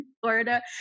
Florida